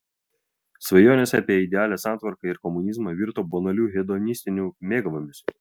svajonės apie idealią santvarką ir komunizmą virto banaliu hedonistiniu mėgavimusi